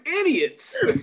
idiots